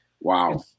Wow